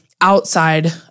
outside